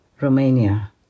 Romania